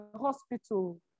hospital